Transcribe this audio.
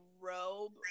robe